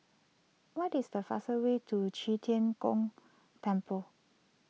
what is the faster way to Qi Tian Gong Temple